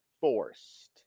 forced